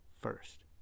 first